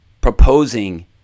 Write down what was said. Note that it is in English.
proposing